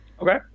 okay